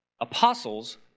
apostles